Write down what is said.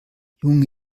junge